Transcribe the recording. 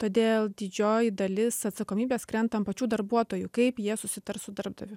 todėl didžioji dalis atsakomybės krenta ant pačių darbuotojų kaip jie susitars su darbdaviu